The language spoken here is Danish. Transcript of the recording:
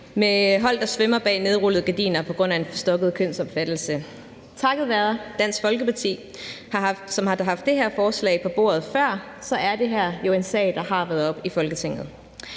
med hold, der svømmer bag nedrullede gardiner på grund af en forstokket kønsopfattelse. Takket være Dansk Folkeparti, som har haft det her forslag på bordet før, er det jo en sag, der har været oppe i Folketinget.